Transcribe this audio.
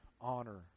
honor